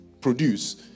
produce